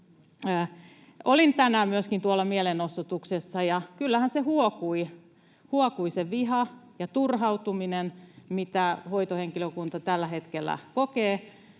Olin tänään myöskin tuolla mielenosoituksessa, ja kyllähän ne viha ja turhautuminen huokuivat, mitä hoitohenkilökunta tällä hetkellä kokee,